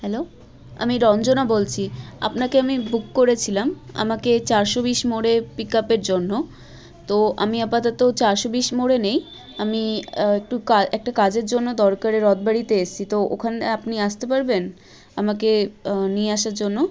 hello আমি রঞ্জনা বলছি আপনাকে আমি বুক করেছিলাম আমাকে চারশো বিশ মোরে পিক আপের জন্য তো আমি আপাতত চারশো বিশ মোরে নেই আমি একটু একটা কাজের জন্য দরকারে রথ বাড়িতে এসছি তো ওখানে আপনি আসতে পারবেন আমাকে নিয়ে আসার জন্য